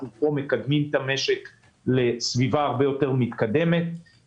אנחנו מקדמים את המשק לסביבה הרבה יותר מתקדמת,